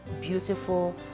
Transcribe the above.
beautiful